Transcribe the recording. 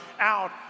out